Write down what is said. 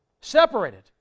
Separated